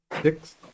six